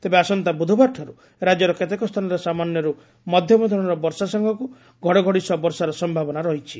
ତେବେ ଆସନ୍ତା ବୁଧବାରଠାରୁ ରାଜ୍ୟର କେତେକ ସ୍ଥାନରେ ସାମାନ୍ୟରୁ ମଧ୍ୟମ ଧରଶର ବର୍ଷା ସାଙ୍ଗକୁ ଘଡ଼ଘଡ଼ି ସହ ବର୍ଷାର ସୟାବନା ରହିଛି